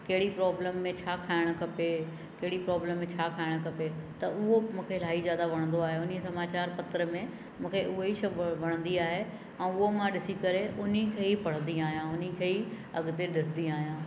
कहिड़ी प्रोब्लम में छा खाइणु खपे कहिड़ी प्रोब्लम में छा खाइणु खपे त उहो मूंखे इलाही ज़्यादा वणंदो आहे उन ई समाचार पत्र में मूंखे उहा ई शइ वणंदी आहे ऐं उहो मां ॾिसी करे उन ई खे ई पढ़ंदी आहियां उन ई खे ई अॻिते ॾिसंदी आहियां